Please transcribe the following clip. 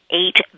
eight